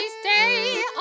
stay